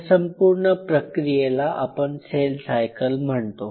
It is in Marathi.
ह्या संपूर्ण प्रक्रियेला आपण सेल सायकल म्हणतो